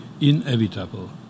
inevitable